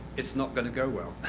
it's not going to go well.